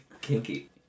Kinky